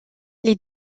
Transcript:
les